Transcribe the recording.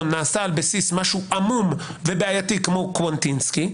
נעשה על בסיס משהו עמום ובעייתי כמו קוונטינסקי,